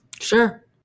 sure